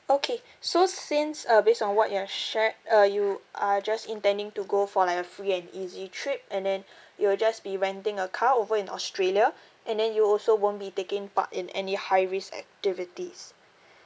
okay so since uh based on what you have shared uh you are just intending to go for like a free and easy trip and then you will just be renting a car over in australia and then you also won't be taking part in any high risk activities